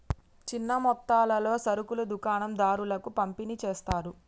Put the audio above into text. చిన్న మొత్తాలలో సరుకులు దుకాణం దారులకు పంపిణి చేస్తారు